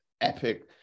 epic